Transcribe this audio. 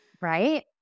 right